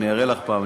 אראה לך פעם,